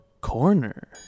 Corner